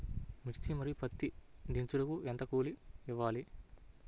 మిర్చి మరియు పత్తి దించుటకు ఎంత కూలి ఇవ్వాలి?